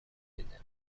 میدانیم